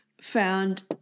found